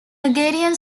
agrarian